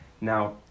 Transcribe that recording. Now